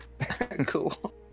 Cool